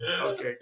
okay